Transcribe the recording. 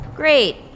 Great